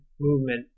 movement